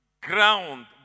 ground